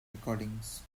recordings